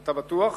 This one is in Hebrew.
אתה בטוח?